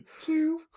Two